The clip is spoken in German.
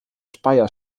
speyer